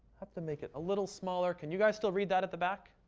have to make it a little smaller. can you guys still read that at the back?